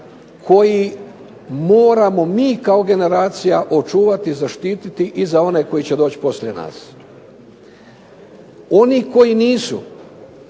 koji moramo mi kao generacija očuvati, zaštititi i za one koji će doći poslije nas. Oni koji nisu